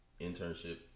internship